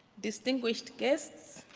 distinguished guests,